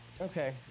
okay